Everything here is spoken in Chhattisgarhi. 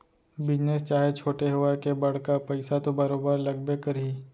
बिजनेस चाहे छोटे होवय के बड़का पइसा तो बरोबर लगबे करही